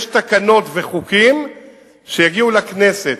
יש תקנות וחוקים שיגיעו לכנסת.